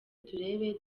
turebe